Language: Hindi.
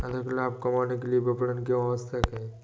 अधिक लाभ कमाने के लिए विपणन क्यो आवश्यक है?